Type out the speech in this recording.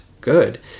good